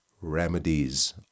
remedies